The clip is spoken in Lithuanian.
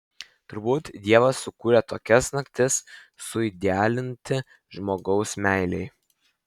turbūt dievas sukūrė tokias naktis suidealinti žmogaus meilei